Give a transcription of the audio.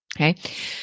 Okay